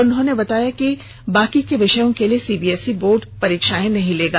उन्होंने बताया कि बाकी के विषयों के लिए सीबीएसई बोर्ड परीक्षाएं नहीं लेगा